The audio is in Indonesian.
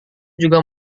juga